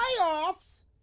Playoffs